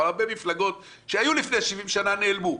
אבל הרבה מפלגות שהיו לפני 70 שנים נעלמו.